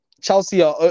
Chelsea